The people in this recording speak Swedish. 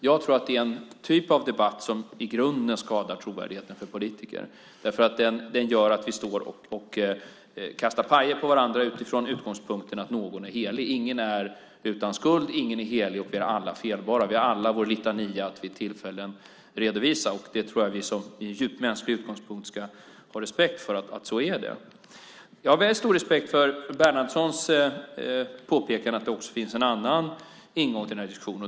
Jag tror dock att en sådan debatt i grunden skadar förtroendet för politiker, för den gör att vi står och kastar pajer på varandra utifrån utgångspunkten att någon är helig. Men ingen är utan skuld. Ingen är helig. Ingen är ofelbar. Vi har alla vår litania att redovisa, och det är djupt mänskligt. Det ska vi ha respekt för. Jag har väldigt stor respekt för Bo Bernhardssons påpekande att det också finns en annan ingång till denna diskussion.